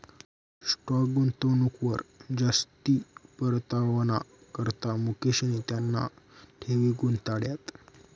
stock गुंतवणूकवर जास्ती परतावाना करता मुकेशनी त्याना ठेवी गुताड्यात